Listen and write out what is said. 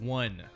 one